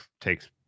takes